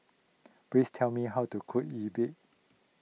please tell me how to cook Yi Bua